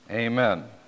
Amen